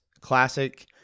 classic